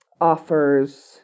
offers